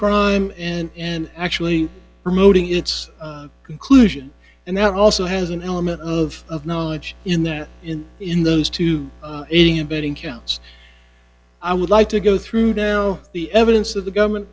crime and and actually promoting its conclusion and that also has an element of of knowledge in there in in those two aiding abetting counts i would like to go through now the evidence of the government